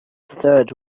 third